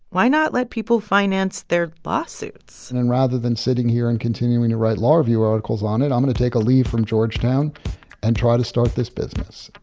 why not let people finance their lawsuits? and and rather than sitting here and continuing to write law review articles on it, i'm going and take a leave from georgetown and try to start this business